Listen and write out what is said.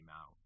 out